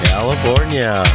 California